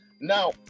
Now